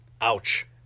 Ouch